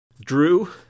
Drew